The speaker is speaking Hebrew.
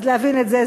אז להבין את זה,